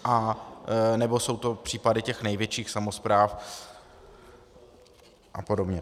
Anebo jsou to případy těch největších samospráv apod.